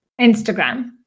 instagram